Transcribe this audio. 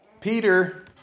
Peter